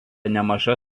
nemaža